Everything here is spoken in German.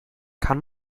kann